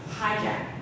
hijack